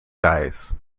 dies